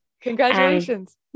Congratulations